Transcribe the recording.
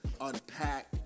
unpack